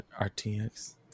RTX